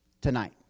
tonight